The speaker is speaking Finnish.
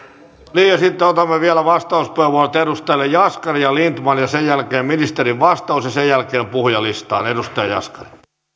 sitten otamme vielä vastauspuheenvuorot edustajille jaskari ja lindtman ja sen jälkeen ministerin vastaus ja sen jälkeen puhujalistaan edustaja jaskari